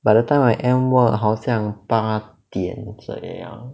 by the time I end work 好像八点这样